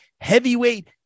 heavyweight